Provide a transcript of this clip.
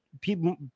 people